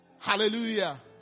Hallelujah